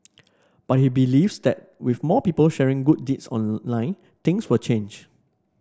but he believes that with more people sharing good deeds online things will change